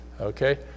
okay